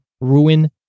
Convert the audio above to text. ruin